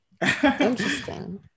Interesting